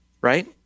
right